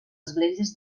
esglésies